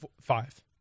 five